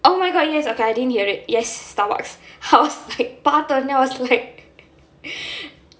oh my god yes okay I didn't hear it yes Starbucks I was like பார்த்தோனே:paarthonae I was like